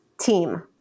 team